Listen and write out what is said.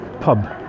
pub